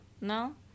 No